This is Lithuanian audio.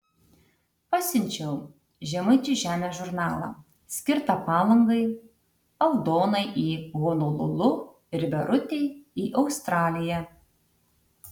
pasiunčiau žemaičių žemės žurnalą skirtą palangai aldonai į honolulu ir verutei į australiją